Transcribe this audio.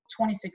$26